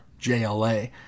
JLA